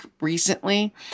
recently